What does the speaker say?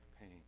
pain